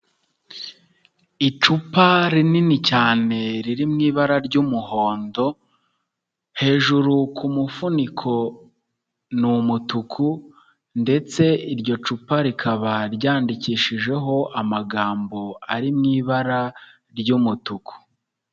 Icupa rinini cyane riri mu ibara ry'umuhondo, hejuru ku mufuniko ni umutuku ndetse iryo cupa rikaba ryandikishijeho amagambo ari mu ibara ry'umutuku.